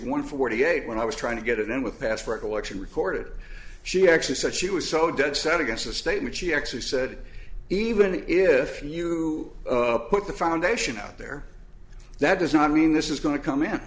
one forty eight when i was trying to get it in with past recollection recorded she actually said she was so dead set against the statement she actually said even if you who put the foundation out there that does not mean this is going to come in